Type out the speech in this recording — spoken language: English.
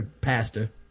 Pastor